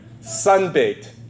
sun-baked